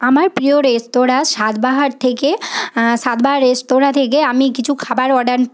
আমার প্রিয় রেস্তোরাঁ স্বাদবাহার থেকে স্বাদবাহার রেস্তোরাঁ থেকে আমি কিছু খাবার অর্ডার